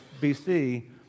BC